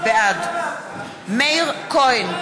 בעד מאיר כהן,